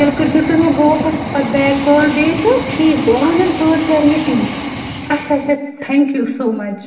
تیٚلہِ کٔرزیٚو تُہۍ مےٚ واپَس پَتہٕ بیک کال بییٚہِ تہٕ ٹھیک گوٚو اہَن حظ بہٕ حظ پیارٕ ییٚتی اَچھا اَچھا تھینٛک یوٗ سو مَچ